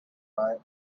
buy